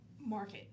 market